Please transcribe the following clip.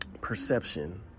perception